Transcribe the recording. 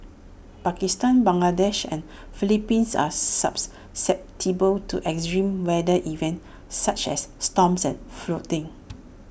Pakistan Bangladesh and Philippines are susceptible to extreme weather events such as storms and flooding